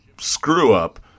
screw-up